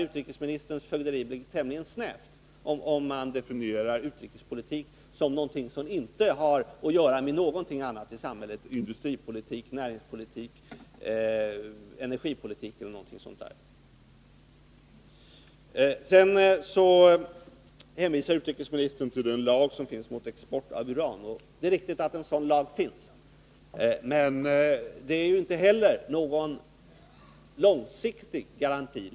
Utrikesministerns fögderi lär bli tämligen snävt, om man definierar utrikespolitik som något som inte har att göra med något annat i samhället, som t.ex. industripolitik, näringspolitik och energipolitik. Utrikesministern hänvisar vidare till lagen om förbud mot export av uran. Det är riktigt att det finns en sådan lag, men den är inte någon långsiktig garanti.